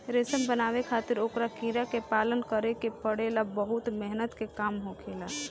रेशम बनावे खातिर ओकरा कीड़ा के पालन करे के पड़ेला बहुत मेहनत के काम होखेला